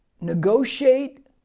Negotiate